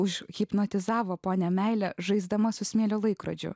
užhipnotizavo ponią meilę žaisdama su smėlio laikrodžiu